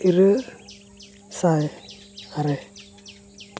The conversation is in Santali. ᱤᱨᱟᱹᱞ ᱥᱟᱭ ᱟᱨᱮ